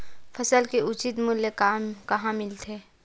फसल के उचित मूल्य कहां मिलथे?